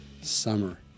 summer